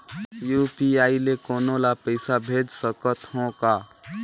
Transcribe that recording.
UPI ले कोनो ला पइसा भेज सकत हों का?